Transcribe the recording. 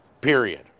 Period